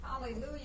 Hallelujah